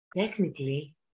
Technically